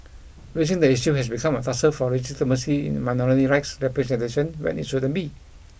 raising the issue has become a tussle for legitimacy in minority rights representation when it shouldn't be